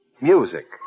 music